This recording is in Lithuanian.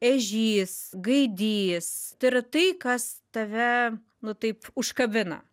ežys gaidys tai yra tai kas tave nu taip užkabina